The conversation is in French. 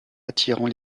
attirant